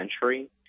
century